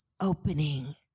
opening